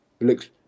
looks